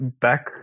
back